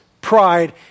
pride